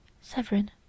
Severin